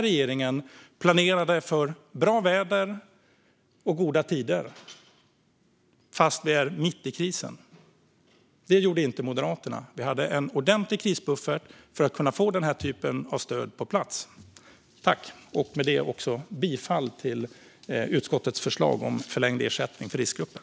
Regeringen planerade för bra väder och goda tider, trots att vi är mitt i krisen. Det gjorde inte Moderaterna. Vi hade en ordentlig krisbuffert för att kunna få den här typen av stöd på plats. Med det yrkar jag bifall till utskottets förslag om förlängd ersättning för riskgrupper.